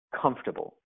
comfortable